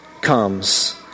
comes